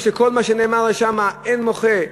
כל מה שנאמר שם, אין מוחה,